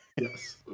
Yes